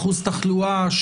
אחוז תחלואה,